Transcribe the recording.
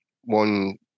one